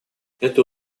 эту